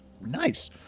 Nice